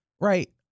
right